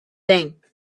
thing